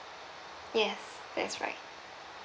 yes that's right